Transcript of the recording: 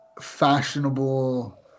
fashionable